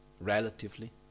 relatively